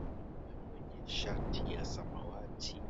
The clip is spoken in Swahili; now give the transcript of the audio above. Mwanaume mwenye shati ya samawati,